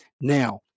Now